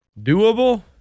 Doable